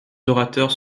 orateurs